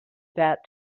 that